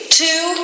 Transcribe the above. two